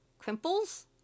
Crimples